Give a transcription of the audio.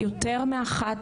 יותר מתלונה אחת,